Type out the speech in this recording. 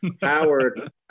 Howard